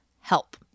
Help